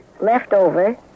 leftover